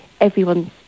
everyone's